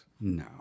No